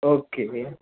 okay